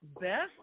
best